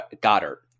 Goddard